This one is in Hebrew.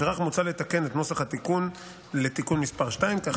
לפיכך מוצע לתקן את נוסח התיקון לתיקון מס' 2 כך